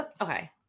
Okay